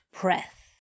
breath